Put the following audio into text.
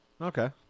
Okay